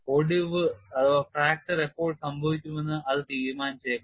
ഒടിവ് എപ്പോൾ സംഭവിക്കുമെന്ന് അത് തീരുമാനിച്ചേക്കാം